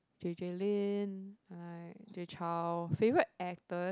J J Lin like Jay Chou favorite actors